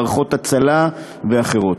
מערכות הצלה ואחרות.